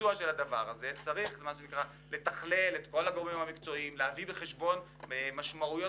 הביצוע של הדבר צריך להביא בחשבון את